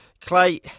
Clay